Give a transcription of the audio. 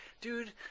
Dude